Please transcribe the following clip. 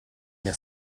mia